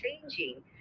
changing